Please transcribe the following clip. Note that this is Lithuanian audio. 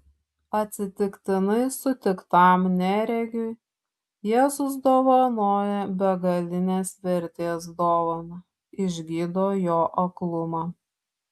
atsitiktinai sutiktam neregiui jėzus dovanoja begalinės vertės dovaną išgydo jo aklumą